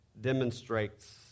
demonstrates